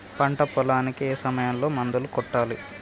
పంట పొలానికి ఏ సమయంలో మందులు కొట్టాలి?